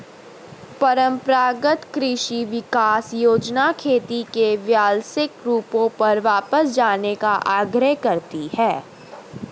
परम्परागत कृषि विकास योजना खेती के क्लासिक रूपों पर वापस जाने का आग्रह करती है